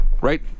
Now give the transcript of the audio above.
right